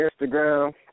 Instagram